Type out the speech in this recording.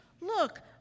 Look